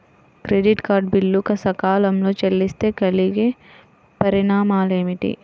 Credit card bill సకాలంలో చెల్లిస్తే కలిగే పరిణామాలేమిటి?